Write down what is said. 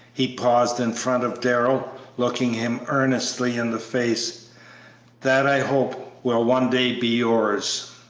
he paused in front of darrell, looking him earnestly in the face that, i hope, will one day be yours.